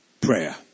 prayer